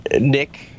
Nick